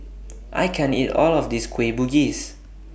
I can't eat All of This Kueh Bugis